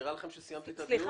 נראה לכם שסיימתי את הדיון.